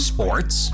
Sports